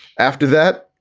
after that,